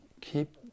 keep